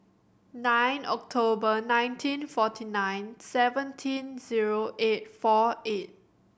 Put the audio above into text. nine October nineteen forty nine seventeen zero eight four eight